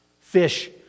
Fish